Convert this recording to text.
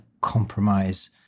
compromise